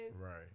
Right